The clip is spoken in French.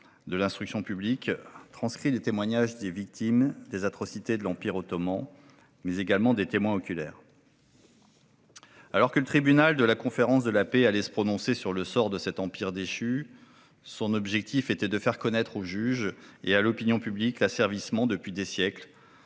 de l'instruction publique, transcrit les témoignages non seulement des victimes des atrocités de l'Empire ottoman, mais également des témoins oculaires. Alors que le tribunal de la Conférence de la Paix allait se prononcer sur le sort de cet empire déchu, son objectif était de faire connaître aux juges et à l'opinion publique l'asservissement, depuis des siècles,